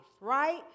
right